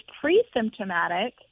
pre-symptomatic